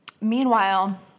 Meanwhile